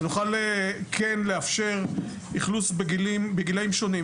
ונוכל לאפשר אכלוס בגילים שונים,